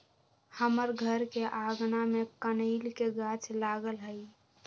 हमर घर के आगना में कनइल के गाछ लागल हइ